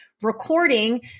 recording